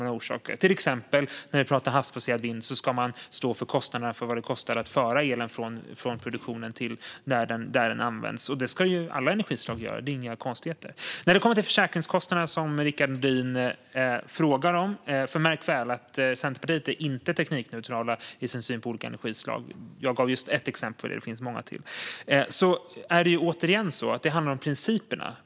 När det till exempel gäller havsbaserad vind ska man stå för vad det kostar att föra elen från produktionen dit där den används. Detta ska alla energislag göra. Det är inga konstigheter. Rickard Nordin frågar om försäkringskostnaderna. Märk väl att Centerpartiet inte är teknikneutralt i sin syn på olika energislag. Jag gav just ett exempel på det. Det finns många till. Men det är återigen så att det handlar om principerna.